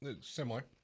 similar